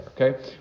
okay